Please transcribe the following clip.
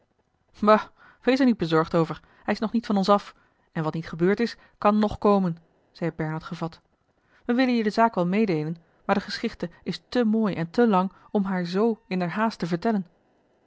bah wees er niet bezorgd over hij is nog niet van ons af en wat niet gebeurd is kan ng komen zeî bernard gevat a l g bosboom-toussaint de delftsche wonderdokter eel wij willen je de zaak wel meêdeelen maar de geschichte is te mooi en te lang om haar z in der haast te vertellen